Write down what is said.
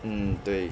mm 对